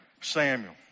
Samuel